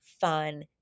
fun